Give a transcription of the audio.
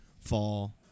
fall